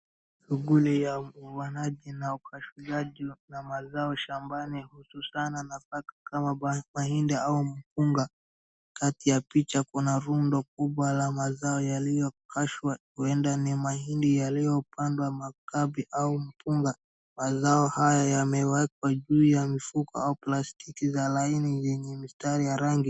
Shughuli ya uvunaji na ukashwaji wa mazao shambani hususana nafaka kama vile mahindi au mpunga. Kati ya picha kuna rundo kubwa la mazao yaliyokashwa huenda ni mahindi yaliyopondwa makapi au mpunga. Mazao haya yamewekwa juu ya mifuko au plastiki za laini yenye mistari ya rangi.